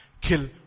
kill